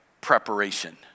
preparation